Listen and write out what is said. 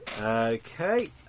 Okay